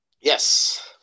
Yes